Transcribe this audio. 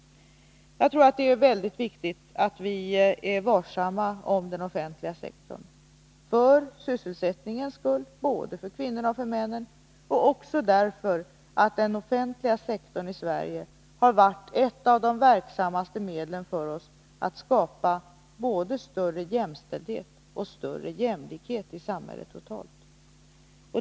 Jag tror att det är mycket viktigt att vi är varsamma om den offentliga sektorn — för sysselsättningens skull, såväl när det gäller kvinnorna som när det gäller männen, och därför att den offentliga sektorn i Sverige varit ett av de verksammaste medlen för oss att skapa både större jämställdhet och större jämlikhet i samhället totalt.